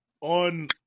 on